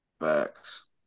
facts